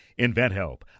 InventHelp